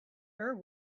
her